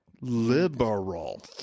liberal